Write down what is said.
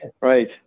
right